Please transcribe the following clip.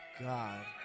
god